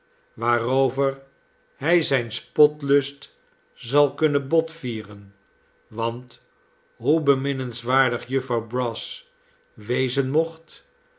waarover hij zijn spotlust zal kunnen botvieren want hoe beminnenswaardig jufvrouw brass wezen mocht